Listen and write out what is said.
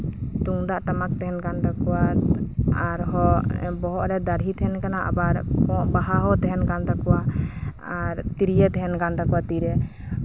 ᱛᱩᱢᱫᱟᱜ ᱴᱟᱢᱟᱠ ᱛᱟᱦᱮᱸᱱ ᱠᱟᱱ ᱛᱟᱠᱚᱣᱟ ᱟᱨᱦᱚᱸ ᱵᱚᱦᱚᱜ ᱨᱮ ᱫᱟᱦᱲᱤ ᱛᱟᱦᱮᱸᱱ ᱠᱟᱱᱟ ᱟᱵᱟᱨ ᱵᱟᱦᱟ ᱦᱚᱸ ᱛᱟᱦᱮᱸᱱ ᱠᱟᱱ ᱛᱟᱠᱚᱣᱟ ᱮᱨ ᱛᱚᱨᱭᱳ ᱛᱟᱦᱮᱸᱱ ᱠᱟᱱ ᱛᱟᱠᱚᱣᱟ ᱛᱤᱨᱮ